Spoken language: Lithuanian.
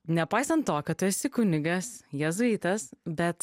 nepaisant to kad tu esi kunigas jėzuitas bet